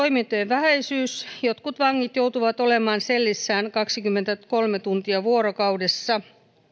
vähäisyys jotkut vangit joutuvat olemaan sellissään kaksikymmentäkolme tuntia vuorokaudessa